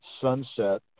sunset